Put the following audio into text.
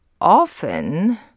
often